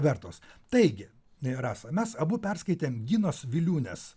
vertos taigi rasa mes abu perskaitėm ginos viliūnės